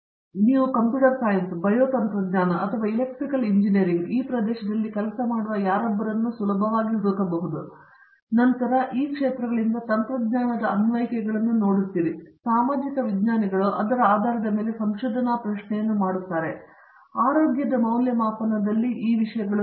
ರಾಜೇಶ್ ಕುಮಾರ್ ನೀವು computer science bio ತಂತ್ರಜ್ಞಾನ ಅಥವಾ ಎಲೆಕ್ಟ್ರಿಕಲ್ ಇಂಜಿನಿಯರಿಂಗ್ ಈ ಪ್ರದೇಶದಲ್ಲಿ ಕೆಲಸ ಮಾಡುವ ಯಾರೊಬ್ಬರನ್ನು ಸುಲಭವಾಗಿ ಹುಡುಕಬಹುದು ಮತ್ತು ನಂತರ ಈ ಕ್ಷೇತ್ರಗಳಿಂದ ತಂತ್ರಜ್ಞಾನದ ಅನ್ವಯಿಕೆಗಳನ್ನು ನೀವು ನೋಡುತ್ತೀರಿ ಮತ್ತು ನಂತರ ಸಾಮಾಜಿಕ ವಿಜ್ಞಾನಿಗಳು ಅದರ ಆಧಾರದ ಮೇಲೆ ಸಂಶೋಧನಾ ಪ್ರಶ್ನೆಯನ್ನು ಮಾಡುತ್ತಾರೆ ಆರೋಗ್ಯದ ಮೌಲ್ಯಮಾಪನದಲ್ಲಿ ಈ ವಿಷಯಗಳು